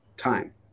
time